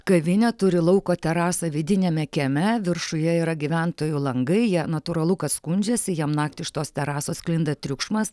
kavinė turi lauko terasą vidiniame kieme viršuje yra gyventojų langai jie natūralu kad skundžiasi jiem naktį iš tos terasos sklinda triukšmas